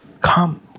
Come